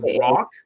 rock